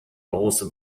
große